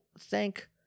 thank